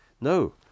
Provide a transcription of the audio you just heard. No